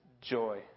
joy